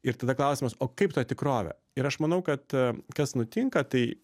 ir tada klausimas o kaip ta tikrovė ir aš manau kad kas nutinka tai